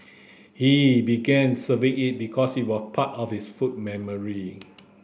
he began serving it because it was part of his food memory